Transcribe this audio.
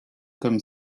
comme